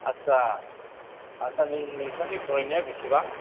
आथसा आथसा नों नोंथांनि फरायनाया बेसेबां